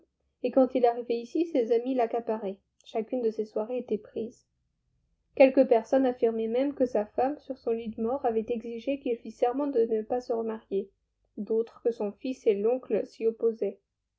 et quand il arrivait ici ses amis l'accaparaient chacune de ses soirées était prise quelques personnes affirmaient même que sa femme sur son lit de mort avait exigé qu'il fît serment de ne pas se remarier d'autres que son fils et l'oncle s'y opposaient